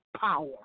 power